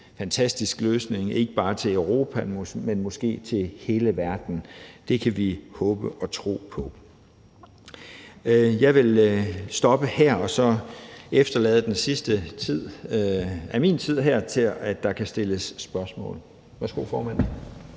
fantastisk løsning ikke bare for Europa, men måske for hele verden. Det kan vi håbe og tro på. Jeg vil stoppe her og så efterlade den sidste del af min tid til, at der kan stilles spørgsmål. Værsgo, formand.